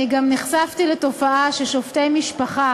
אני גם נחשפתי לתופעה ששופטי משפחה